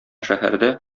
шәһәрдә